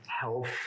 health